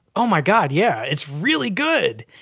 oh my god, yeah. it's really good.